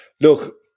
look